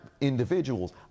individuals